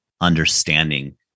understanding